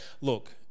look